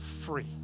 free